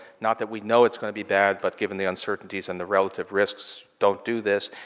not that we know it's going to be bad, but given the uncertainties and the relative risks, don't do this.